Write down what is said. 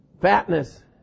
fatness